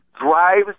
drives